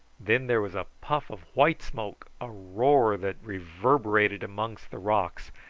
then there was a puff of white smoke, a roar that reverberated amongst the rocks,